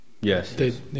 yes